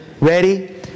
ready